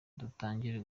dutangire